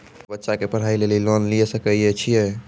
हम्मे बच्चा के पढ़ाई लेली लोन लिये सकय छियै?